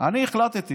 אני החלטתי